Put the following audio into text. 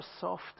soft